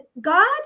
God